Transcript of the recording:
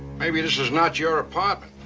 maybe this is not your apartment.